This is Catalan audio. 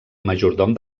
majordom